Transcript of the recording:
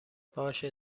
باشه